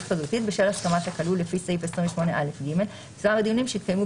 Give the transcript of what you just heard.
חזותית בשל הסכמת הכלוא לפי סעיף 28א(ג) ומספר הדיונים שהתקיימו